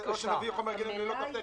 או שנביא חומר גלם ללא תו תקן.